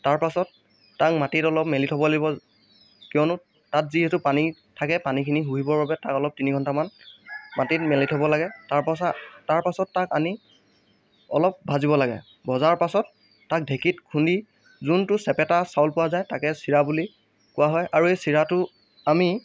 তাৰ পাছত তাক মাটিত অলপ মেলি থ'ব লাগিব কিয়নো তাত যিহেতু পানী থাকে পানীখিনি শুহিবৰ বাবে তাক অলপ তিনিঘণ্টা মান মাটিত মেলি থ'ব লাগে তাৰ পাছত তাৰ পাছত তাক আনি অলপ ভাজিব লাগে ভজাৰ পাছত তাক ঢেঁকীত খুন্দি যোনটো চেপেটা চাউল পোৱা যায় তাকে চিৰা বুলি কোৱা হয় আৰু এই চিৰাটো আমি